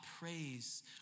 praise